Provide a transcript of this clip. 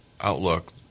outlook